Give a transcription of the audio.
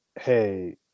Hey